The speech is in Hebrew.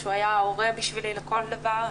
כשהוא היה הורה בשבילי לכל דבר,